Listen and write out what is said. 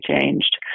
changed